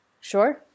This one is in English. Sure